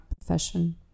profession